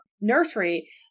nursery